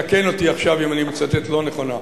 תקן אותי עכשיו אם אני מצטט לא נכונה,